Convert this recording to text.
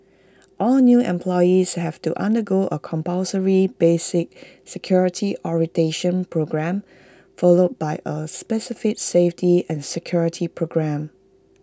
all new employees have to undergo A compulsory basic security orientation programme followed by A specific safety and security programme